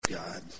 God